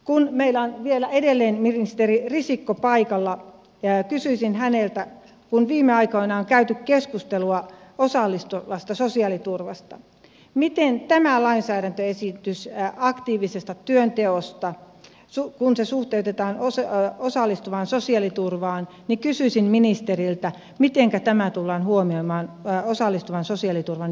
kun meillä on vielä edelleen ministeri risikko paikalla kysyisin häneltä kun viime aikoina on käyty keskustelua osallistavasta sosiaaliturvasta miten tämä lainsäädäntöesitys aktiivisesta työnteosta kun se suhteutetaan osallistavaan sosiaaliturvaan ja kyseisen ministeriöitä mitenkä tämä tullaan huomioimaan osallistavan sosiaaliturvan jatkovalmisteluissa